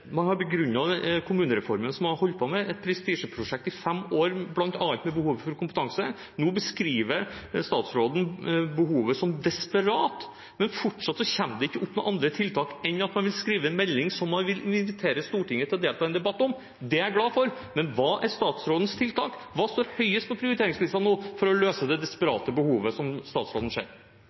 man gjøre? Man har begrunnet kommunereformen som man har holdt på med – et prestisjeprosjekt – i fem år bl.a. med behovet for kompetanse. Nå beskriver statsråden behovet som «desperat», men fortsatt kommer det ikke opp noen andre tiltak enn at man vil skrive en melding som man vil invitere Stortinget til å delta i en debatt om. Det er jeg glad for. Men hva er statsrådens tiltak? Hva står høyest på prioriteringslisten nå for å løse det desperate behovet som statsråden ser?